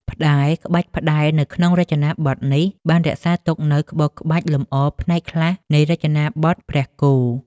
ផ្តែរ ក្បាច់ផ្តែរនៅក្នុងរចនាបថនេះ បានរក្សាទុកនូវក្បូរក្បាច់លម្អផ្នែកខ្លះនៃ រចនាបថព្រះគោ។